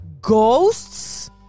Ghosts